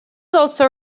also